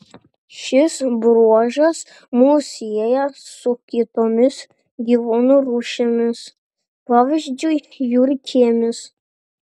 šis bruožas mus sieja su kitomis gyvūnų rūšimis pavyzdžiui žiurkėmis